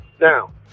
Now